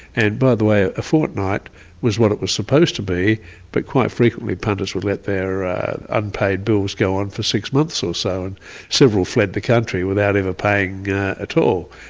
and by the way, a fortnight was what it was supposed to be but quite frequently punters would let their unpaid bills go on for six months or so, and several fled the country without ever paying at all.